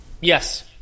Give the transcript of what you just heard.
Yes